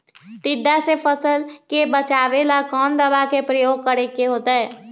टिड्डा से फसल के बचावेला कौन दावा के प्रयोग करके होतै?